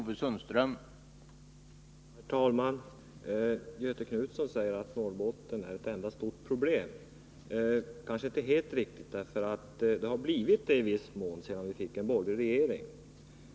Herr talman! Göthe Knutson säger att Norrbotten är ett enda stort problem. Det är kanske inte helt riktigt, men det har i viss mån blivit det sedan vi fick en borgerlig regering.